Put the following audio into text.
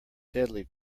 deadly